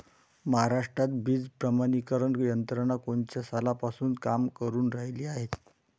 महाराष्ट्रात बीज प्रमानीकरण यंत्रना कोनच्या सालापासून काम करुन रायली हाये?